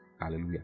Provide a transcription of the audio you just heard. Hallelujah